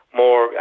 more